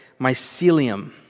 mycelium